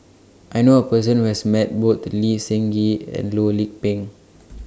I knew A Person Who has Met Both Lee Seng Gee and Loh Lik Peng